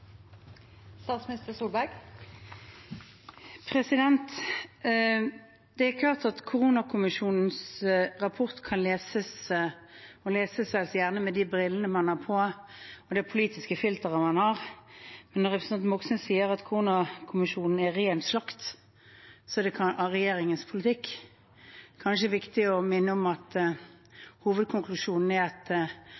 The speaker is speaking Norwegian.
klart at Koronakommisjonens rapport gjerne leses med de brillene man har på, og med det politiske filteret man har. Når representanten Moxnes sier at Koronakommisjonens rapport er ren slakt av regjeringens politikk, er det kanskje viktig å minne om at